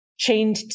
Chained